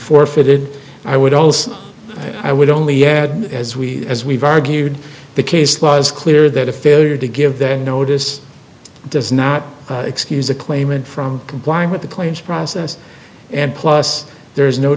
forfeited i would also i would only add as we as we've argued the case law is clear that a failure to give the notice does not excuse the claimant from complying with the claims process and plus there's no